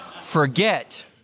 forget